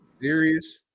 Serious